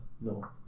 no